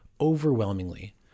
overwhelmingly